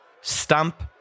Stump